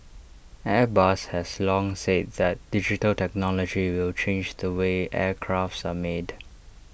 airbus has long said that digital technology will change the way aircrafts are made